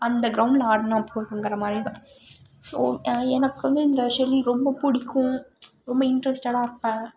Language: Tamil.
அந்த கிரௌண்டில் ஆடினா போதும்ங்கிற மாதிரி தான் ஸோ எனக்கு வந்து இந்த ஷெட்டில் ரொம்ப பிடிக்கும் ரொம்ப இன்ட்ரஸ்ட்டடாக இருப்பேன்